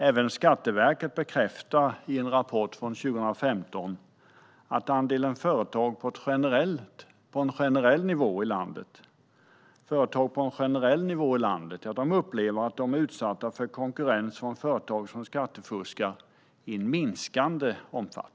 Även Skatteverket bekräftar i en rapport från 2015 att andelen företag på en generell nivå i landet i minskande omfattning upplever att de är utsatta för konkurrens från företag som skattefuskar.